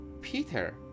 Peter